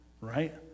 right